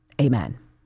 Amen